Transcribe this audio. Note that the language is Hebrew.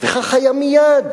כך היה מייד.